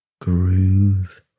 groove